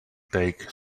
take